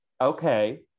Okay